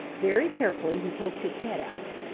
very carefully he poked his head out.